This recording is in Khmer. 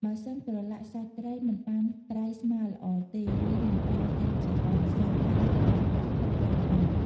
បើសិនប្រឡាក់សាច់ត្រីមិនបានប្រៃស្មើល្អទេ វានឹងប្រែទៅជាអន់សាច់ ហើយធ្វើឱ្យផ្អកខូចតែម្ដង។